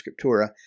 Scriptura